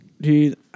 dude